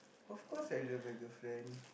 of course I love my girlfriend